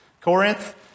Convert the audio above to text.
Corinth